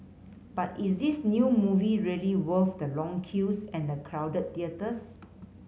but is this new movie really worth the long queues and the crowded theatres